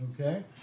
Okay